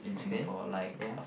okay yeah